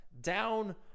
Down